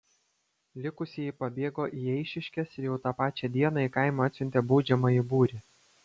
likusieji pabėgo į eišiškes ir jau tą pačią dieną į kaimą atsiuntė baudžiamąjį būrį